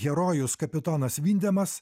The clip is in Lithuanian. herojus kapitonas vindemas